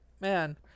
man